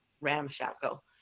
ramshackle